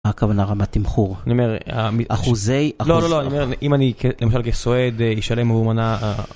מה הכוונה רמת תמחור? אני אומר, אחוזי אחוזי... לא לא לא אם אני למשל כסועד אשלם על מנה...